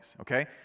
okay